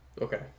Okay